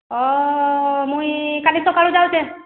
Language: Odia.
ଅ ମୁଇଁ କାଲି ସକାଳୁ ଯାଉଚେଁ